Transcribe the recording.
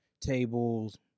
tables